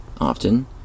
often